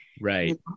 Right